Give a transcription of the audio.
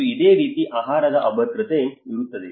ಮತ್ತು ಅದೇ ರೀತಿ ಆಹಾರದ ಅಭದ್ರತೆ ಇರುತ್ತದೆ